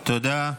תודה.